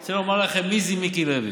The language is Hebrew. אני רוצה לומר לכם מי זה מיקי לוי.